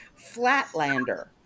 flatlander